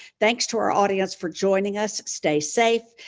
thanks to our audience for joining us. stay safe,